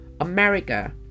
America